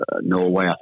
Norway